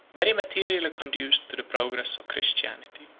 very materially conduced to the progress of christianity.